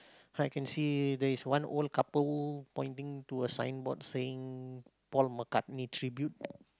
I can see there is one old couple pointing to a signboard saying Paul-McCartney need tribute